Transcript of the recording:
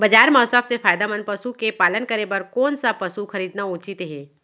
बजार म सबसे फायदामंद पसु के पालन करे बर कोन स पसु खरीदना उचित हे?